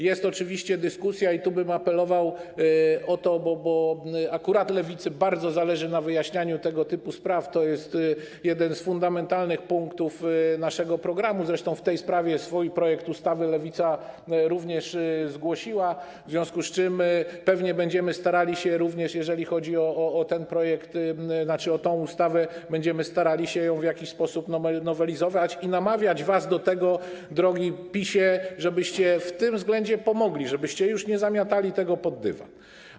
Jest oczywiście dyskusja, i tu bym apelował o to, bo akurat Lewicy bardzo zależy na wyjaśnianiu tego typu spraw, to jest jeden z fundamentalnych punktów naszego programu, zresztą w tej sprawie swój projekt ustawy Lewica również zgłosiła, w związku z czym pewnie będziemy się starali, również jeżeli chodzi o ten projekt, tzn. o tę ustawę, w jakiś sposób ją nowelizować i namawiać was do tego, drogi PiS-ie, żebyście w tym względzie pomogli, żebyście już nie zamiatali tego pod dywan.